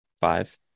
Five